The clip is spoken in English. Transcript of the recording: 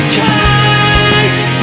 kite